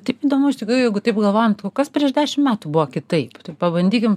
taip įdomu iš tikrųjų jeigu taip galvojant o kas prieš dešim metų buvo kitaip tai pabandykim